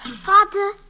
Father